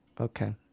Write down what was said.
okay